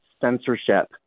censorship